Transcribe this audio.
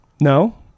No